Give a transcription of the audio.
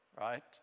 right